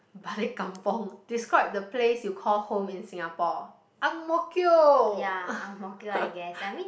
balik kampung describe the place you call home in Singapore Ang-Mo-Kio